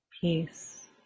peace